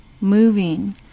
moving